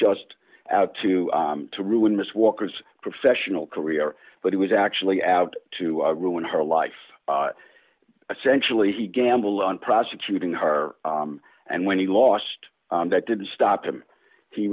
just out to to ruin miss walker's professional career but he was actually out to ruin her life essentially he gamble on prosecuting her and when he lost that didn't stop him he